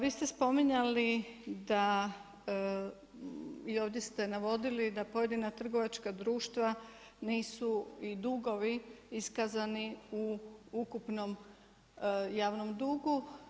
Vi ste spominjali da i ovdje ste navodili da pojedina trgovačka društva nisu i dugovi iskazani u ukupnom javnom dugu.